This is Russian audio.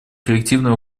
коллективное